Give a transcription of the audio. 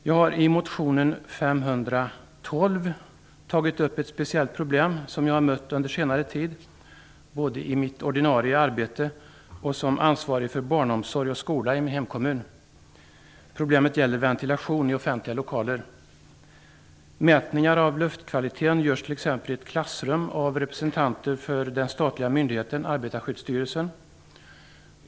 Jag har i motion Bo512 tagit upp ett speciellt problem som jag har mött under senare tid både i mitt ordinarie arbete och som ansvarig för barnomsorg och skola i min hemkommun. Problemet gäller ventilation i offentliga lokaler. Mätningar av luftkvaliteten görs t.ex. i ett klassrum av representanter för den statliga myndigheten Arbetarskyddsstyrelsen.